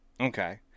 Okay